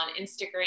instagram